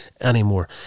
Anymore